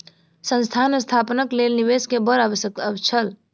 संस्थान स्थापनाक लेल निवेश के बड़ आवश्यक छल